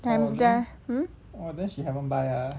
hmm